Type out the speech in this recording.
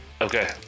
Okay